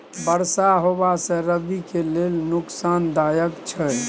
बरसा होबा से रबी के लेल नुकसानदायक छैय?